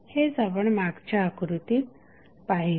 हेच आपण मागच्या आकृतीत पाहिले